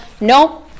no